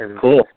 Cool